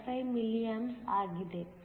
5115 milliamps ಆಗಿದೆ